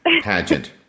pageant